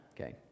okay